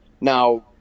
Now